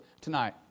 tonight